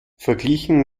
verglichen